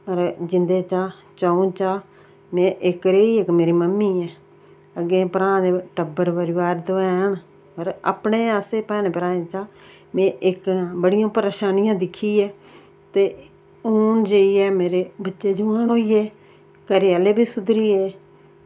पर जिंदे चा चं'ऊ चा में इक्क रही इक्क मेरी मम्मी ऐ अग्गें भ्राऽ दे टब्बर परिवार ते ऐं पर अपने असें भैन भ्राऐं चा में इक्क बड़ियां परेशानियां दिक्खियै ते हून जाइयै मेरे बच्चे जोआन होई गे घरै आह्ले बी सुधरियै